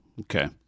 Okay